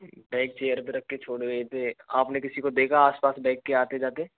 bag chair पे रख के छोड़ गए थे आपने किसी को देखा आस पास बैग के आते जाते